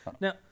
Now